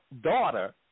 daughter